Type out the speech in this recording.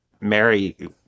Mary